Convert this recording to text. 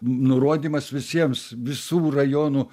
nurodymas visiems visų rajonų